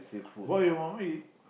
what you normally eat